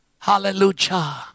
hallelujah